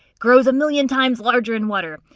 grows a million times larger in water!